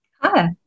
Hi